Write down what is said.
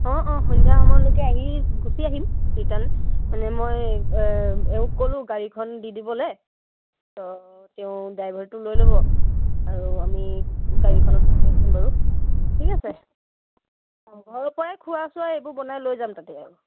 অঁ অঁ সন্ধিয়া সময়লৈকে আহি গুচি আহিম ৰিটাৰ্ণ মানে মই এওঁক ক'লোঁ গাড়ীখন দি দিবলৈ ত' তেওঁ ড্ৰাইভাৰটো লৈ ল'ব আৰু আমি গাড়ীখনত গৈ আহিম বাৰু ঠিক আছে অঁ ঘৰৰপৰাই খোৱা চোৱা এইবোৰ বনাই লৈ যাম তাতে আৰু